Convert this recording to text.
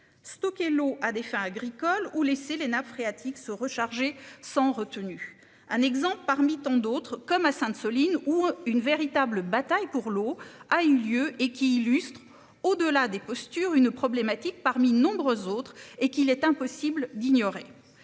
Stocker l'eau à des fins agricoles ou laisser les nappes phréatiques se recharger sans retenue. Un exemple parmi tant d'autres, comme à Sainte-, Soline où une véritable bataille pour l'eau a eu lieu et qui illustre au-delà des postures une problématique parmi de nombreux autres et qu'il est impossible d'ignorer.